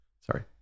Sorry